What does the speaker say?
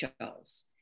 Charles